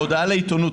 בהודעה לעיתונות,